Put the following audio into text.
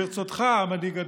ברצותך, המנהיג הדגול,